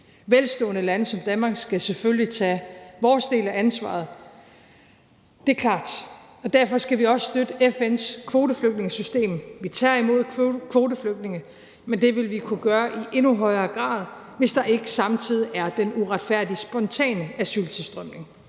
Velstående lande som Danmark skal selvfølgelig tage vores del af ansvaret – det er klart – og derfor skal vi også støtte FN's kvoteflygtningesystem. Vi tager imod kvoteflygtninge, men det vil vi kunne gøre i endnu højere grad, hvis der ikke samtidig er den uretfærdige spontanasyltilstrømning.